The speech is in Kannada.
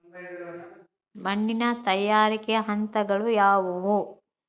ಮಣ್ಣಿನ ತಯಾರಿಕೆಯ ಹಂತಗಳು ಯಾವುವು?